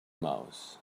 mouth